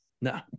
No